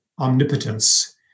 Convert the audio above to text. omnipotence